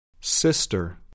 Sister